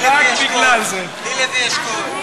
אבל רק חמש דקות.